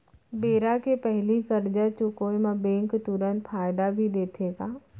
बेरा के पहिली करजा चुकोय म बैंक तुरंत फायदा भी देथे का?